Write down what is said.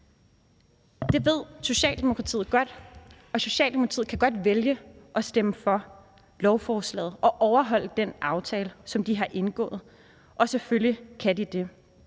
Det ved Socialdemokratiet godt, og Socialdemokratiet kan godt vælge at stemme for lovforslaget og overholde den aftale, som de har indgået; selvfølgelig kan de det.